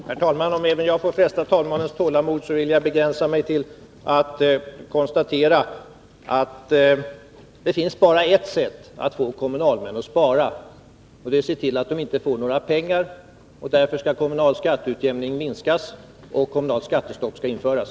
Herr talman! Om även jag får fresta talmannens tålamod, så vill jag begränsa mig till att konstatera att det finns bara ett sätt att få kommunalmän att spara, och det är att se till att de inte får några pengar. Därför skall kommunal skatteutjämning minskas och kommunalt skattestopp införas.